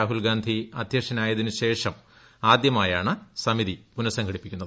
രാഹുൽ ഗാന്ധി അദ്ധ്യക്ഷനായതിനുശേഷം ആദ്യമായാണ് സമിതി പുനസംഘടിപ്പിക്കുന്നത്